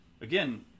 again